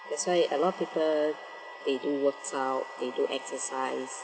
that's why a lot of people they do works out they do exercise